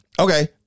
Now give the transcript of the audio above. Okay